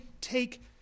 take